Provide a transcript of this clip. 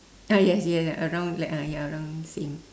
ah yes yes yes around like ah ya around same